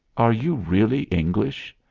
are you really english.